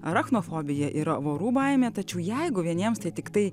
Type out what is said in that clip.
arachnofobija yra vorų baimė tačiau jeigu vieniems tai tiktai